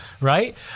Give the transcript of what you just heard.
right